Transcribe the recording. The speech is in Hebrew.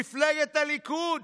מפלגת הליכוד,